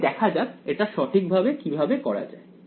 তাই দেখা যাক এটা সঠিকভাবে কিভাবে করা যায়